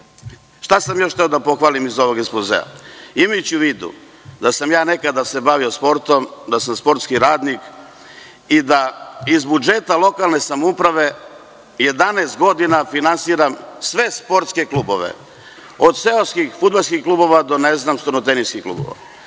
sam još hteo da pohvalim iz ovog ekspozea? Imajući u vidu da sam se nekada bavio sportom, da sam sportski radnik i da iz budžeta lokalne samouprave 11 godina finansiram sve sportske klubove od seoskih fudbalskih klubova do stonoteniskih klubova